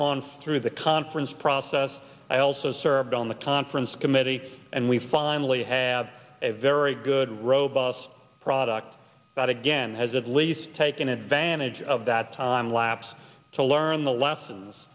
gone through the conference process i also served on the conference committee and we finally have a very good robust product that again has at least taken advantage of that time lapse to learn the lessons